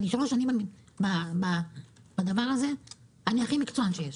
אחרי שלוש שנים בתחום הזה אני הכי מקצוען שיש,